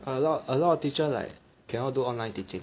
a lot a lot of teacher like cannot do online teaching